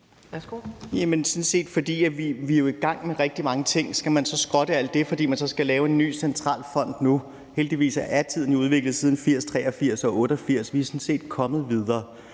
fordi vi jo er i gang med rigtig mange ting, og skal man så skrotte alt det, fordi man skal lave en ny, central fond nu? Heldigvis har tingene udviklet sig siden 1980, 1983 og 1988. Vi er sådan set kommet videre,